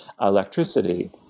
electricity